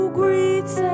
greets